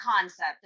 concept